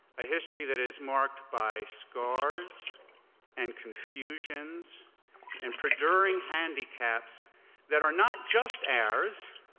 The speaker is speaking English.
a history that is marked by scars and confusions and perduring handicaps that are not just ours,